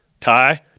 Ty